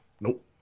Nope